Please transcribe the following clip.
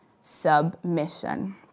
submission